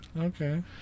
Okay